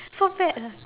so bad ah